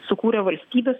sukūrė valstybės